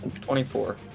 Twenty-four